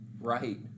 Right